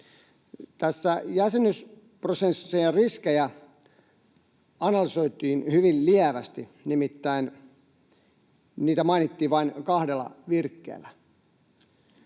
Tässä jäsenyysprosessin riskejä analysoitiin hyvin lievästi, nimittäin niitä mainittiin vain kahdella virkkeellä.